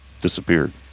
disappeared